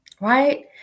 right